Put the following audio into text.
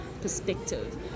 perspective